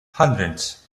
hundreds